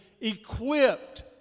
equipped